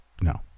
No